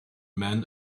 men